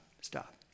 stop